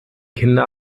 kinder